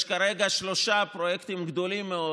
יש כרגע שלושה פרויקטים גדולים מאוד